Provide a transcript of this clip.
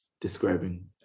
describing